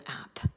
app